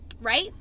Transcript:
Right